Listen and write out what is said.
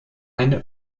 eine